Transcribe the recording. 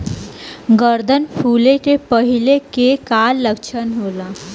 गर्दन फुले के पहिले के का लक्षण होला?